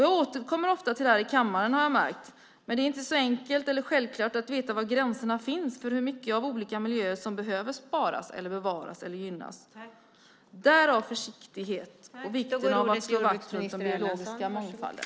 Jag återkommer ofta till det här i kammaren har jag märkt, men det är inte så enkelt eller självklart att veta var gränserna finns för hur mycket av olika miljöer som behöver sparas, bevaras eller gynnas. Därav kommer försiktigheten och vikten av att slå vakt om den biologiska mångfalden.